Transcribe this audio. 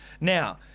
Now